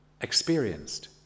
experienced